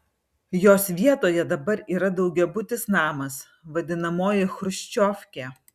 jos vietoje dabar yra daugiabutis namas vadinamoji chruščiovkė